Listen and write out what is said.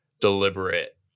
deliberate